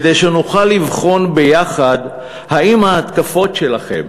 כדי שנוכל לבחון יחד אם ההתקפות שלכם